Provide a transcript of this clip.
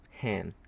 hand